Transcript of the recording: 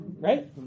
Right